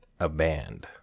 Aband